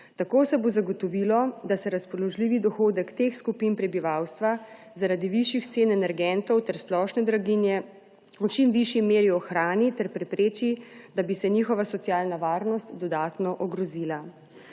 Tako se bo zagotovilo, da se razpoložljivi dohodek teh skupin prebivalstva zaradi višjih cen energentov ter splošne draginje v čim višji meri ohrani ter prepreči, da bi se njihova socialna varnost dodatno ogrozila.